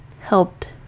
helped